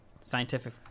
scientific